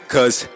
Cause